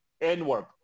n-word